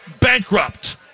Bankrupt